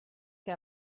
que